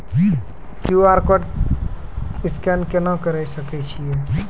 QR code scan केना करै सकय छियै?